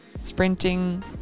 sprinting